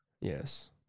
Yes